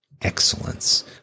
excellence